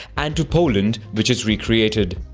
and to poland which is recreated.